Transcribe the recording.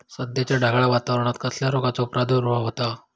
सध्याच्या ढगाळ वातावरणान कसल्या रोगाचो प्रादुर्भाव होता?